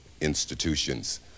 institutions